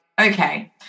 okay